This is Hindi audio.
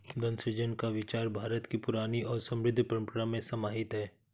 धन सृजन का विचार भारत की पुरानी और समृद्ध परम्परा में समाहित है